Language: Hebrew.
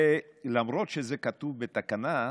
שלמרות שזה כתוב בתקנה,